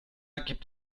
gibt